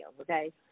okay